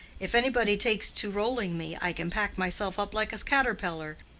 if anybody takes to rolling me, i can pack myself up like a caterpillar,